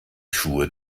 schuhe